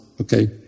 Okay